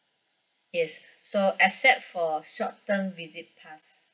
yes so except for short term visit pass